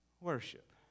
Worship